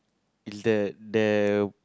is that there